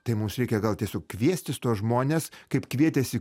tai mums reikia gal tiesiog kviestis tuos žmones kaip kvietėsi